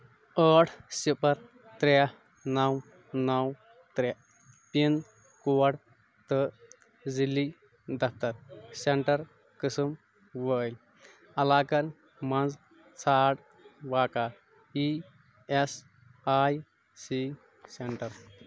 ٲٹھ صِفر ترٛےٚ نو نو ترٛےٚ پَِن کوڈ تہٕ ذیلی دفتر سینٹر قٕسم وٲلۍ علاقن مَنٛز ژھانڑ واقع E S I C centre